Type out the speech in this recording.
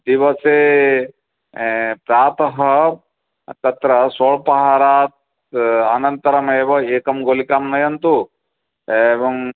दिवसे प्रातः तत्र स्वल्पाहारात् अनन्तरम् एव एकं गुलिकां नयन्तु एवम्